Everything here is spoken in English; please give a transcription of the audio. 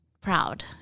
proud